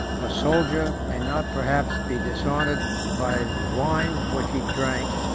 the soldier may not perhaps be dishonored by the wine which he drank,